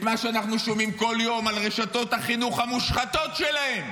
את מה שאנחנו שומעים בכל יום על רשתות החינוך המושחתות שלהם,